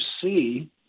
see